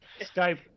Skype